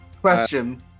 Question